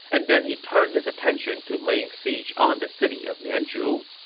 and then he turned his attention to laying siege on the city of mianzhu.